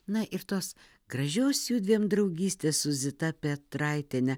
na ir tos gražios judviem draugystės su zita petraitiene